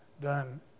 done